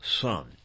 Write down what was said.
son